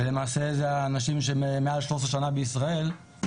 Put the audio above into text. ואלה האנשים שהם מעל 13 שנה בישראל,